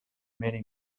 many